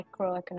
microeconomics